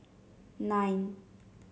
nine